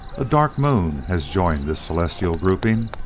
a dark moon has joined this celestial grouping,